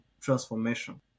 transformation